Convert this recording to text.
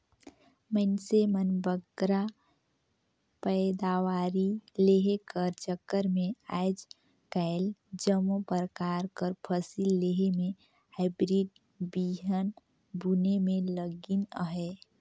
मइनसे मन बगरा पएदावारी लेहे कर चक्कर में आएज काएल जम्मो परकार कर फसिल लेहे में हाईब्रिड बीहन बुने में लगिन अहें